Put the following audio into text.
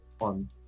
on